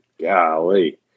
Golly